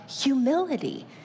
humility